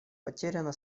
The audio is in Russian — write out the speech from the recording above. потеряно